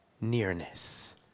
nearness